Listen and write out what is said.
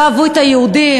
לא אהבו את היהודים.